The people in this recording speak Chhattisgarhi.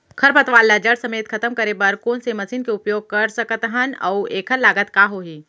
खरपतवार ला जड़ समेत खतम करे बर कोन से मशीन के उपयोग कर सकत हन अऊ एखर लागत का होही?